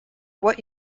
what